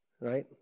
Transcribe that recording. Right